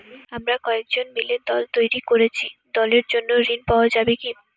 আমরা কয়েকজন মিলে দল তৈরি করেছি দলের জন্য ঋণ পাওয়া যাবে কি?